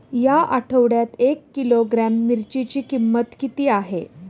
या आठवड्यात एक किलोग्रॅम मिरचीची किंमत किती आहे?